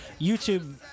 YouTube